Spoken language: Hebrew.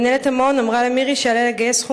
מנהלת המעון אמרה למירי שעליה לגייס סכום